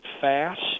fast